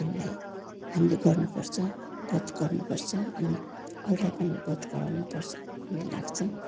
हामीलाई हामीले गर्नु पर्छ बोध गर्नु पर्छ अनि अरूलाई पनि बोध गराउनु पर्छ भन्ने लाग्छ